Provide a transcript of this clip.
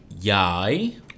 Yai